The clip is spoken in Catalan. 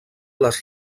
les